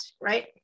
right